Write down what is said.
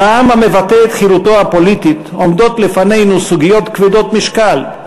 כעם המבטא את חירותו הפוליטית עומדות לפנינו סוגיות כבדות משקל,